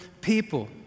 people